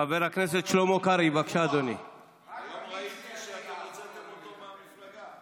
חבר הכנסת יעקב מרגי, לא יכול לדבר מהפודיום,